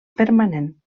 permanent